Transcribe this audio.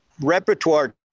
repertoire